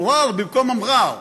מרר במקום מע'אר.